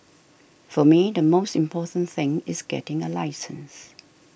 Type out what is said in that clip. for me the most important thing is getting a license